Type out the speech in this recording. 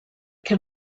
can